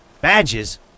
Badges